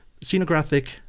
scenographic